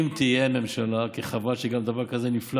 אם תהיה ממשלה, כי חבל שגם דבר כזה נפלא